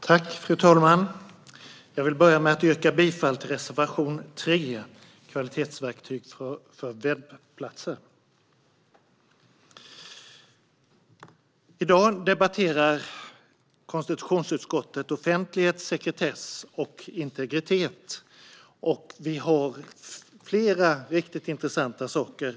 Fru talman! Jag vill börja med att yrka bifall till reservation 3, Kvalitetsverktyg för webbplatser. I dag debatterar konstitutionsutskottet offentlighet, sekretess och integritet. Det finns flera riktigt intressanta saker.